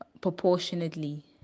proportionately